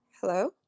hello